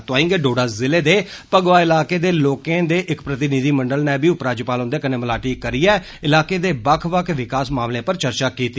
तोआई गै डोडा जिले दे भगवा इलाके दे लोकें दे इक प्रतिनिधिमंडल नै बी उपराज्यपाल हुंदे कन्ने मलाटी करियै इलाके दे बक्ख बक्ख विकास मामलें पर चर्चा कीती